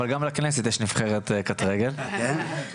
אבל גם לכנסת יש נבחרת קט רגל ומכיוון